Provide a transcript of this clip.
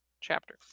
chapter